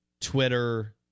Twitter